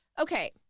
Okay